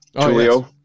Julio